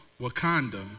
Wakanda